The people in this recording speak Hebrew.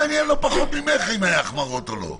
אותי מעניין לא פחות ממך אם היו החמרות או לא.